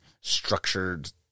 structured